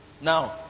Now